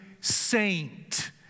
saint